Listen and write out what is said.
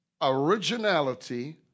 Originality